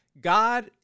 god